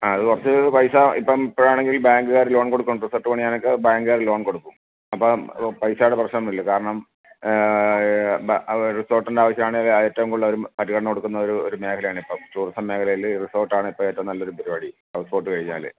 അത് കുറച്ച് പൈസ ഇപ്പം ഇപ്പഴാണെങ്കിൽ ബാങ്ക്കാർ ലോൺ കൊടുക്കും റിസോട്ട് പണിയാനൊക്കെ ബേങ്ക്കാർ ലോണ് കൊടുക്കും അപ്പം പൈസയുടെ പ്രശ്നം ഒന്നും ഇല്ല കാരണം അവർ റിസോട്ടിൻ്റെ ആവശ്യമാണ് ഏറ്റവും കൂടുതൽ അവർ പരിഗണന കൊടുക്കുന്ന ഒരു ഒരു മേഘലയാണിപ്പം ടൂറിസം മേഘലയിൽ റിസോട്ട് ആണ് ഇപ്പം ഏറ്റവും നല്ല ഒരു പരിപാടി ഹൗസ്ബോട്ട് കഴിഞ്ഞാൽ